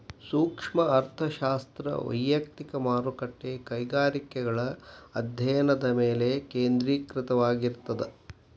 ಸೂಕ್ಷ್ಮ ಅರ್ಥಶಾಸ್ತ್ರ ವಯಕ್ತಿಕ ಮಾರುಕಟ್ಟೆ ಕೈಗಾರಿಕೆಗಳ ಅಧ್ಯಾಯನದ ಮೇಲೆ ಕೇಂದ್ರೇಕೃತವಾಗಿರ್ತದ